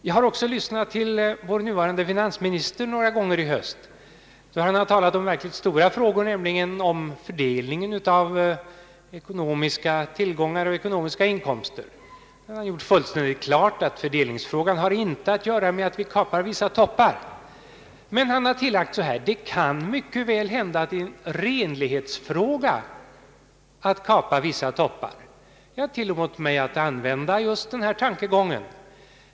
Jag har också lyssnat till vår nuvarande finansminister några gånger i höst, då han har talat om verkligt stora frågor, nämligen fördelningen av ekonomiska tillgångar. Han har gjort fullständigt klart att fördelningsfrågan inte har att göra med att vi kapar vissa toppar. Men han har tillagt, att det mycket väl kan hända att det är en renlighetsfråga att kapa vissa toppar. Jag tillåter mig att använda just denna tankegång.